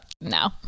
No